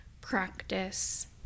practice